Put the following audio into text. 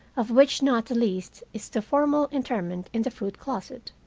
of which not the least is the formal interment in the fruit closet.